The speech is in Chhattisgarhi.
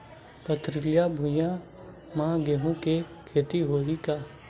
पथरिला भुइयां म गेहूं के खेती होही का?